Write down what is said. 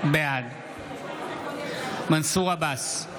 בעד מנסור עבאס,